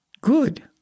good